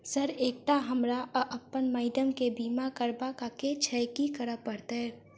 Sir एकटा हमरा आ अप्पन माइडम केँ बीमा करबाक केँ छैय की करऽ परतै?